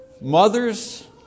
Mothers